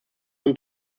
und